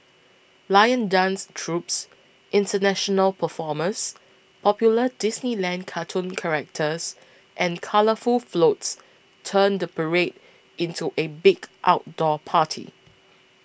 lion dance troupes international performers popular Disneyland cartoon characters and colourful floats turn the parade into a big outdoor party